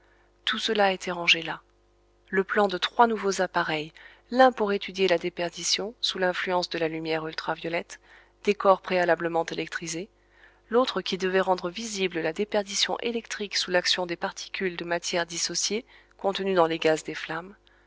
tout cela était rangé là le plan de trois nouveaux appareils l'un pour étudier la déperdition sous l'influence de la lumière ultra violette des corps préalablement électrisés l'autre qui devait rendre visible la déperdition électrique sous l'action des particules de matière dissociée contenue dans les gaz des flammes